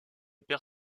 père